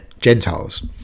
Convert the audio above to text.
gentiles